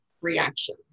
reaction